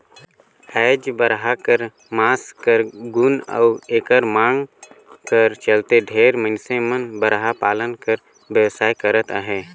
आएज बरहा कर मांस कर गुन अउ एकर मांग कर चलते ढेरे मइनसे मन बरहा पालन कर बेवसाय करत अहें